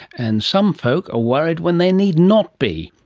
and some folk are worried when they need not be,